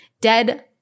dead